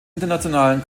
internationalen